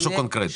משהו קונקרטי.